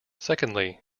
secondly